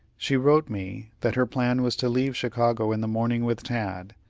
she wrote me that her plan was to leave chicago in the morning with tad,